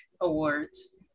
awards